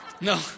no